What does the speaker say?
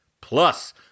Plus